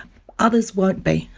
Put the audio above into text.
others won't be.